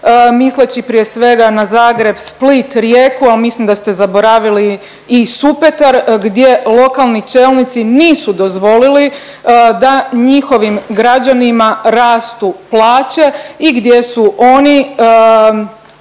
misleći prije svega na Zagreb, Splitu, Rijeku, al mislim da ste zaboravili i Supetar gdje lokalni čelnici nisu dozvolili da njihovim građanima rastu plaće i gdje su oni